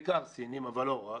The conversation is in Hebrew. בעיקר סינים אבל לא רק,